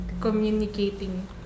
communicating